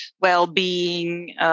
well-being